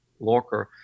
Lorker